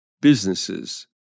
businesses